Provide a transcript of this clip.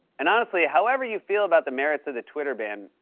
and, honestly, however you feel about the merits of the twitter ban,